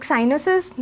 Sinuses